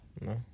No